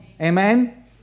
Amen